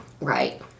Right